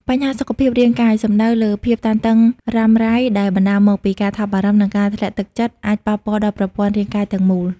បញ្ហាសុខភាពរាងកាយ សំដៅលើភាពតានតឹងរ៉ាំរ៉ៃដែលបណ្តាលមកពីការថប់បារម្ភ និងការធ្លាក់ទឹកចិត្ត អាចប៉ះពាល់ដល់ប្រព័ន្ធរាងកាយទាំងមូល។